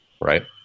right